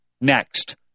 Next